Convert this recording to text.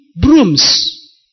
brooms